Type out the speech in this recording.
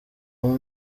uwo